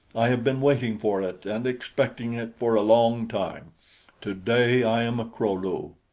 i have been waiting for it and expecting it for a long time today i am a kro-lu.